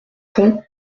pont